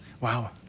Wow